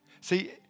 See